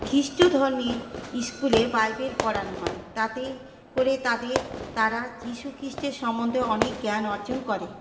খ্রিষ্টধর্মের স্কুলে বাইবেল পড়ানো হয় তাতে করে তাদের তারা যীশুখ্রীষ্টের সমন্ধে অনেক জ্ঞান অর্জন করে